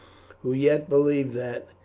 who yet believe that,